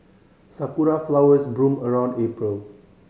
sakura flowers bloom around April